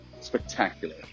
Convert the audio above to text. spectacular